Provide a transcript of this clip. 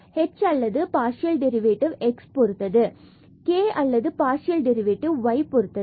h or partial derivative x பொருத்து k or partial derivative y பொருத்தது